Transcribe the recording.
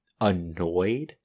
annoyed